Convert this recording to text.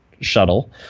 shuttle